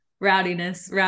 rowdiness